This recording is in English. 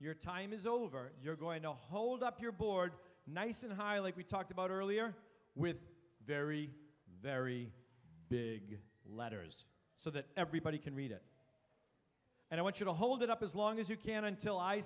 your time is over you're going to hold up your board nice and high like we talked about earlier with very very big letters so that everybody can read it and i want you to hold it up as long as you can until i